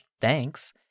thanks